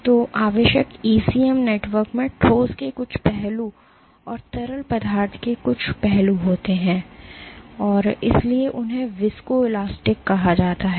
तो आवश्यक ECM network में ठोस के कुछ पहलू और तरल पदार्थ के कुछ पहलू होते हैं और इसलिए उन्हें विस्को इलास्टिक कहा जाता है